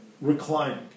reclining